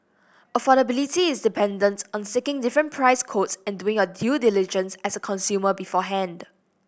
affordability is dependent on seeking different price quotes and doing your due diligence as a consumer beforehand